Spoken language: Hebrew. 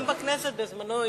גם בכנסת בזמנו,